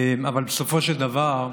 אבל בסופו של דבר,